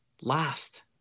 last